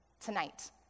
tonight